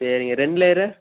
சரிங்க ரெண்டு லேயரு